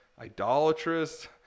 idolatrous